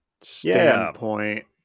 standpoint